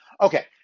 Okay